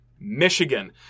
Michigan